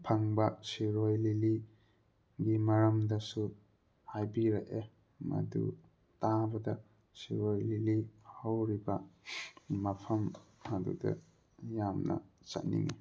ꯐꯪꯕ ꯁꯤꯔꯣꯏ ꯂꯤꯂꯤ ꯒꯤ ꯃꯔꯝꯗꯁꯨ ꯍꯥꯏꯕꯤꯔꯛꯑꯦ ꯃꯗꯨ ꯇꯥꯕꯗ ꯁꯤꯔꯣꯏ ꯂꯤꯂꯤ ꯍꯧꯔꯤꯕ ꯃꯐꯝ ꯑꯗꯨꯗ ꯌꯥꯝꯅ ꯆꯠꯅꯤꯡꯉꯤ